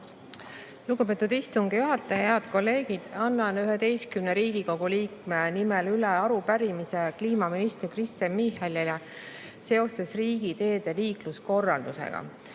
Lugupeetud istungi juhataja! Head kolleegid! Annan 11 Riigikogu liikme nimel üle arupärimise kliimaminister Kristen Michalile seoses riigiteede liikluskorraldusega.